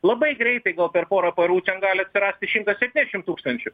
labai greitai gal per porą parų ten gali atsirasti šimtas septyniasdešim tūkstančių